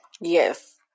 yes